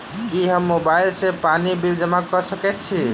की हम मोबाइल सँ पानि बिल जमा कऽ सकैत छी?